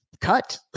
cut